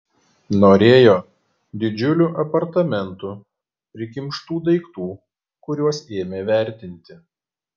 norėjo didžiulių apartamentų prikimštų daiktų kuriuos ėmė vertinti